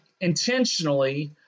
intentionally